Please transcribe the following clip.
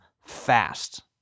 fast